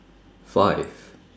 five